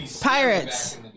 Pirates